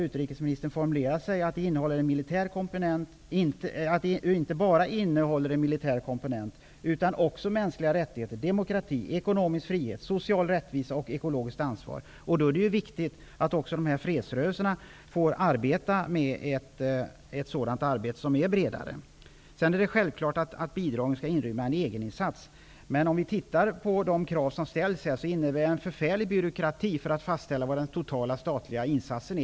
Utrikesministern har formulerat att begreppet inte bara innehåller en militär komponent, utan också mänskliga rättigheter, demokrati, ekonomisk frihet, social rättvisa och ekologiskt ansvar. Det är viktigt att fredsrörelsen får utföra ett bredare arbete. Det är självklart att bidragen skall inrymma en egeninsats. Men de krav som ställs innebär en förfärlig byråkrati för att fastställa vad den totala statliga insatsen är.